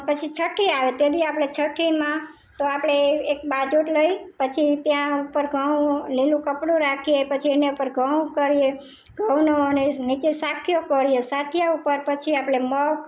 પછી છઠ્ઠી આવે તેદી આપણે છઠ્ઠીમાં તો આપણે એક બાજોઠ લઈ પછી ત્યાં ઉપર ઘઉ લીલું કપડું રાખીએ પછી એની ઉપર ઘઉ કરીએ ઘઉનો અને નીચે સાથીઓ કરીએ સાથીયા ઉપર પછી આપળે મગ